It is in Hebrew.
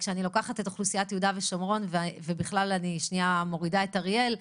כשאני לוקחת את אוכלוסיית יהודה ושומרון ומורידה את אריאל,